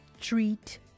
treat